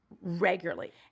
regularly